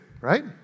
right